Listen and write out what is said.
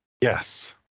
Yes